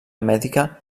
mèdica